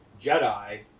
Jedi